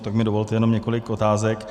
Tak mi dovolte jenom několik otázek.